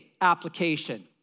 application